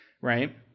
Right